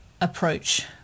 approach